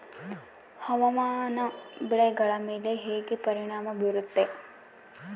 ಹವಾಮಾನ ಬೆಳೆಗಳ ಮೇಲೆ ಹೇಗೆ ಪರಿಣಾಮ ಬೇರುತ್ತೆ?